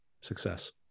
success